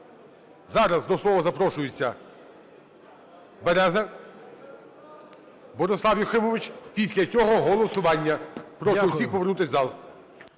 Зараз до слова запрошується Береза Борислав Юхимович. Після цього голосування. Прошу всіх повернутися в залі.